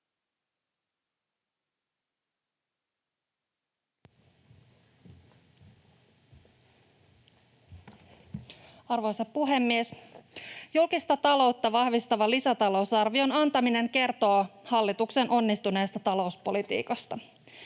Arvoisa puhemies! Julkista taloutta vahvistavan lisätalousarvion antaminen kertoo hallituksen onnistuneesta talouspolitiikasta.